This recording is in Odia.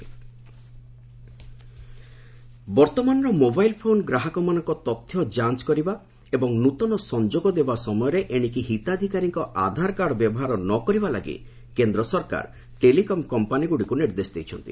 ଆଧାର ଟେଲିକମ୍ ବର୍ତ୍ତମାନର ମୋବାଇଲ୍ ଫୋନ୍ ଗ୍ରାହକମାନଙ୍କ ତଥ୍ୟ ଯାଞ୍ଚ କରିବା ଏବଂ ନ୍ନତନ ସଂଯୋଗ ଦେବା ସମୟରେ ଏଣିକି ହିତାଧିକାରୀଙ୍କ ଆଧାର କାର୍ଡ ବ୍ୟବହାର ନ କରିବା ଲାଗି କେନ୍ଦ୍ର ସରକାର ଟେଲିକମ୍ କମ୍ପାନିଗୁଡ଼ିକୁ ନିର୍ଦ୍ଦେଶ ଦେଇଛନ୍ତି